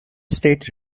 state